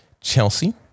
Chelsea